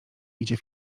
idzie